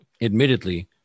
admittedly